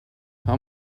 how